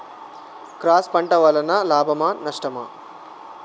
Cross పంట వలన లాభమా నష్టమా?